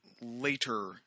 later